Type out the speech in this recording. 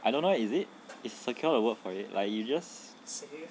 I dunno is it is secure the word for it like you just